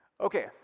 Okay